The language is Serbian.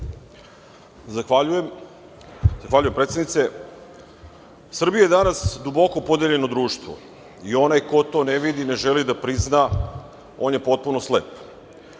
Zahvaljujem, predsednice. Srbija je danas duboko podeljeno društvo i onaj ko to ne vidi i ne želi da prizna on je potpuno slep. Ja